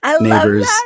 neighbors